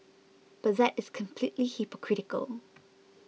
but that is completely hypocritical